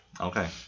Okay